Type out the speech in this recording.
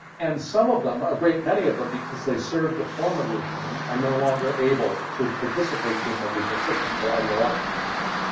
and some of them, a great many of them, because they served the former regime are no longer able to participate in the legal system for ideological reasons.